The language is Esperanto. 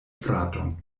fraton